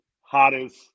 hottest